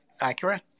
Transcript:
accurate